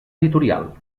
editorial